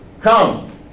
Come